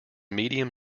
medium